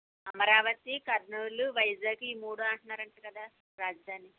అమరావతి కర్నూలు వైజాగ్ ఈ మూడు రాజధానులు అంట కదా రాజధాని